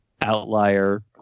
outlier